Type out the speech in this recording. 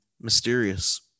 mysterious